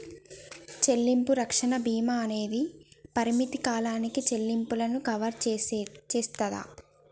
చెల్లింపు రక్షణ భీమా అనేది పరిమిత కాలానికి చెల్లింపులను కవర్ చేస్తాది